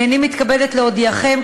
הנני מתכבדת להודיעכם,